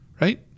right